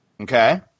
Okay